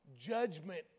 Judgment